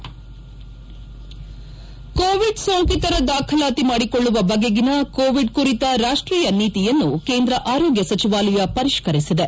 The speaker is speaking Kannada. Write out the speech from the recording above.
ಹೆಡ್ ಕೋವಿಡ್ ಸೋಂಕಿತರ ದಾಖಲಾತಿ ಮಾಡಿಕೊಳ್ಳುವ ಬಗೆಗಿನ ಕೋವಿಡ್ ಕುರಿತ ರಾಷ್ವೀಯ ನೀತಿಯನ್ನು ಕೇಂದ್ರ ಆರೋಗ್ಯ ಸಚಿವಾಲಯ ಪರಿಷ್ಕರಿಸಿದೆ